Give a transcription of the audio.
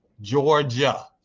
Georgia